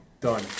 done